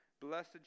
Blessed